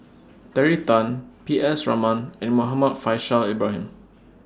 Terry Tan P S Raman and Muhammad Faishal Ibrahim